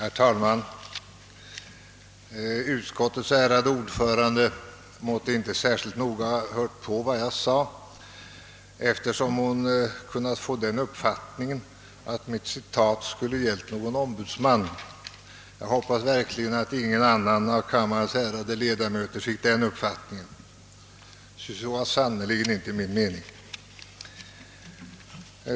Herr talman! Utskottets ärade ordförande måtte inte så särskilt noggrant ha hört på vad jag sade, eftersom hon kunnat få den uppfattningen att mitt citat gällde någon ombudsman. Jag hoppas verkligen att ingen annan av kammarens ärade ledamöter fick den uppfattningen. Det var sannerligen inte min mening.